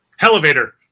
Elevator